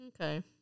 Okay